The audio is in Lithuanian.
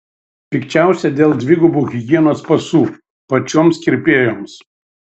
pikčiausia dėl dvigubų higienos pasų pačioms kirpėjoms